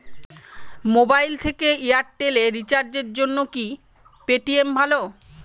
Mobile থেকে Airtel এ রিচার্জের জন্য কি পেটিএম ভালো?